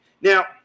Now